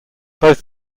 both